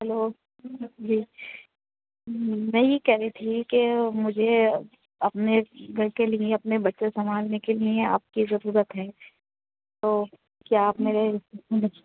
hello ji میں یہ کہہ رہی تھی کہ مجھے اپنے گھر کے لیے اپنے بچے سمجھنے کے لیے آپ کی ضرورت ہے تو کیا آپ میرے